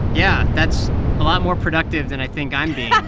yeah. that's a lot more productive than i think i'm being